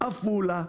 עפולה,